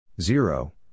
Zero